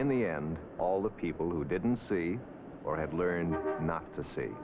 in the end all the people who didn't see or have learned not to see